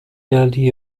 geldiği